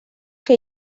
que